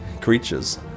creatures